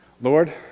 Lord